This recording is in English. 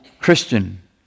Christian